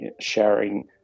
sharing